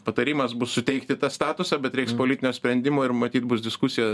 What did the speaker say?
patarimas bus suteikti tą statusą bet reiks politinio sprendimo ir matyt bus diskusija